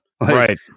right